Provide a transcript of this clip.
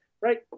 right